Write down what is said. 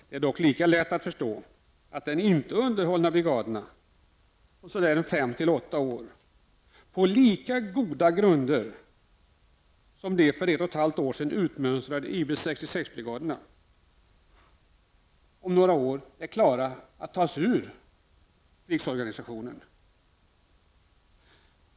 Det borde dock vara lika lätt att förstå att de inte underhållna brigaderna efter 5--8 år på lika goda grunder som de för ett och ett halvt år sedan utmönstrade IB 66-brigaderna är klara för att tas ur krigsorganisationen.